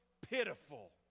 pitiful